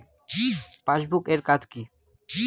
Passbook এর কাজ কি?